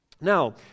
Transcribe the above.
Now